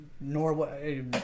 Norway